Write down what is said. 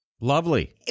Lovely